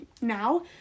now